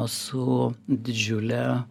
su didžiule